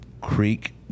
creek